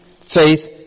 faith